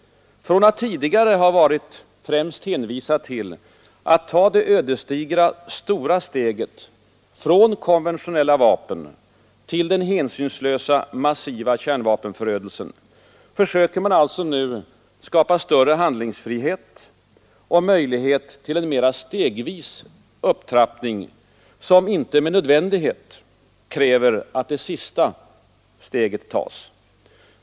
Från att tidigare främst ha varit Nr 43 hänvisad till att ta det ödesdigra stora steget från konventionella vapen Onsdagen den till den hänsynslösa massiva kärnvapenförödelsen söker man alltså nu 20 mars 1974 skapa större handlingsfrihet och möjlighet till en mera stegvis upptrappning, som inte med nödvändighet kräver att det sista steget tas.